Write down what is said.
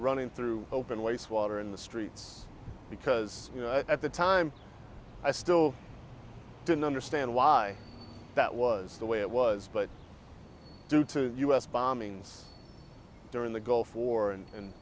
running through open waste water in the streets because you know at the time i still didn't understand why that was the way it was but due to u s bombings during the gulf war and